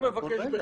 מבקש בכתב.